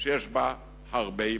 שיש בה הרבה מדע.